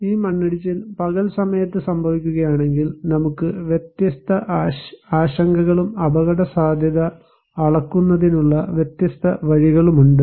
ഈ മണ്ണിടിച്ചിൽ പകൽ സമയത്ത് സംഭവിക്കുകയാണെങ്കിൽ നമുക്ക് വ്യത്യസ്ത ആശങ്കകളും അപകടസാധ്യത അളക്കുന്നതിനുള്ള വ്യത്യസ്ത വഴികളുമുണ്ട്